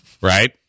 right